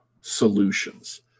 solutions